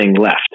left